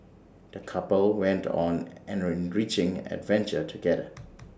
the couple went on an enriching adventure together